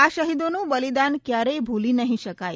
આ શહીદોનું બલીદાન કયારેક ભૂલી નહી શકાય